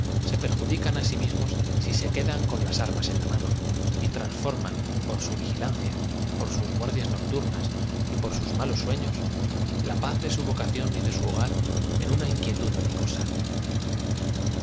se perjudican á ai mismos ai ae quedan con las armas en la mano y transforman por bu vigila n cia por sus guardias nocturnas y por sus mulos sueños la paz de au vocación y de su hogar en una iuquietud belicosa